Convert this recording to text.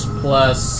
plus